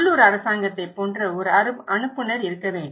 உள்ளூர் அரசாங்கத்தைப் போன்ற ஒரு அனுப்புநர் இருக்க வேண்டும்